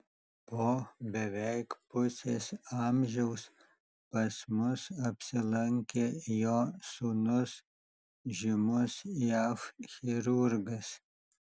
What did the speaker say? po beveik pusės amžiaus pas mus apsilankė jo sūnus žymus jav chirurgas